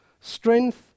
Strength